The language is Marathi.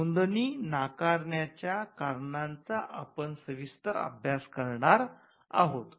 नोंदणी नाकारण्याच्या कारणांचा आपण सविस्तर अभ्यास करणार आहोत